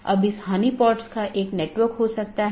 BGP एक बाहरी gateway protocol है